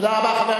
תודה רבה.